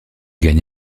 gagne